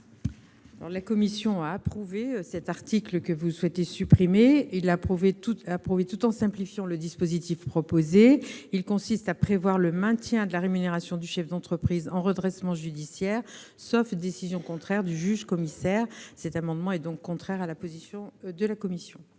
La commission a approuvé cet article que vous souhaitez supprimer, tout en simplifiant le dispositif proposé. Il s'agit de prévoir le maintien de la rémunération du chef d'entreprise en redressement judiciaire, sauf décision contraire du juge-commissaire. Cet amendement étant contraire à la position de la commission,